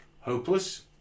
Hopeless